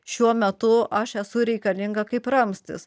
šiuo metu aš esu reikalinga kaip ramstis